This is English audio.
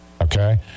Okay